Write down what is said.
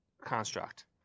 construct